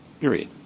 Period